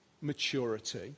maturity